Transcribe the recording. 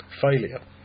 failure